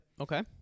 Okay